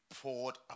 poured